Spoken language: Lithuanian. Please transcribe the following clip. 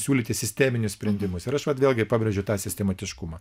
siūlyti sisteminius sprendimus ir aš vat vėlgi pabrėžiu tą sistematiškumą